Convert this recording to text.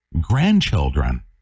grandchildren